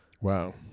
Wow